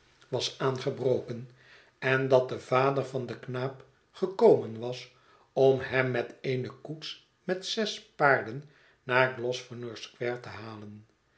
was aangebroken en dat de vader van den knaap gekomen was om hem met eene koets met zes paarden naar grosvenor square te halen